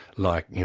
like, you